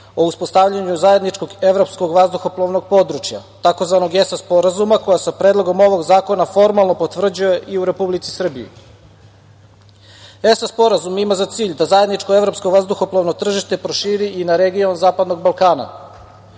o uspostavljanju zajedničkog evropskog vazduhoplovnog područja, tzv. ESAA sporazuma koja sa Predlogom ovog zakona formalno potvrđuje i u Republici Srbiji. Sporazum ESAA ima za cilj da zajedničko evropsko vazduhoplovno tržište proširi i na regiju zapadnog Balkana.